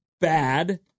bad